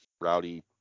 Rowdy